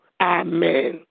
Amen